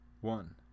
one